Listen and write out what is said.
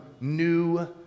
new